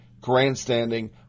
grandstanding